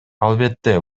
албетте